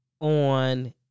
on